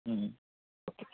okay